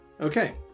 Okay